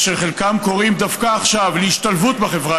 וחלקן קוראות דווקא עכשיו להשתלבות בחברה